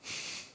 !shh!